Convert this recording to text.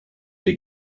they